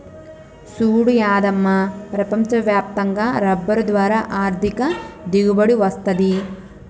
సూడు యాదమ్మ ప్రపంచ వ్యాప్తంగా రబ్బరు ద్వారా ఆర్ధిక దిగుబడి వస్తది